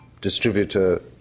distributor